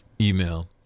Email